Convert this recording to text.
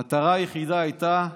המטרה היחידה הייתה שנאה,